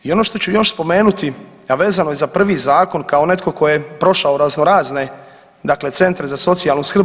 I ono što ću još spomenuti, a vezano je za prvi zakon, kao netko tko je prošao razno razne dakle centre za socijalnu skrb.